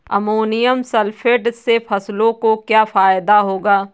Ammonium sulphate से फसलों को क्या फायदा होगा?